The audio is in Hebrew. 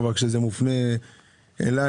אבל כשזה מופנה אליי,